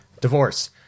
divorce